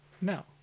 No